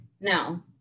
no